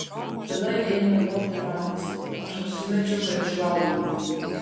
tada ėmė loti radijas aš apsimečiau kad žiovauju